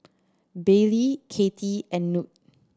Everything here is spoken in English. Baylie Kattie and Knute